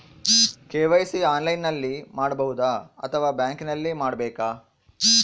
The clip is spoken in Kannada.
ಕೆ.ವೈ.ಸಿ ಆನ್ಲೈನಲ್ಲಿ ಮಾಡಬಹುದಾ ಅಥವಾ ಬ್ಯಾಂಕಿನಲ್ಲಿ ಮಾಡ್ಬೇಕಾ?